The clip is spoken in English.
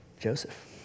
Joseph